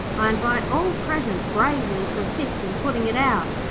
i invite all present bravely to assist in putting it out.